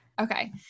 Okay